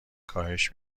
کاهش